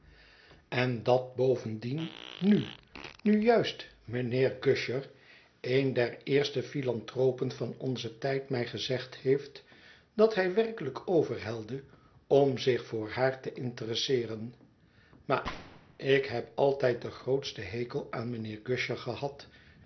en dat bovendien nu nu juist mijnheer gusher een der eerste philanthropen van onzen tijd mij gezegd heeft dat hij werkelijk overhelde om zich voor haar te interesseeren ma ik heb altijd den grootsten hekel aan mijnheer gusher gehad